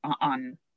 on